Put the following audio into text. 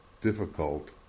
difficult